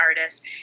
artists